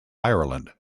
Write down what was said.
ireland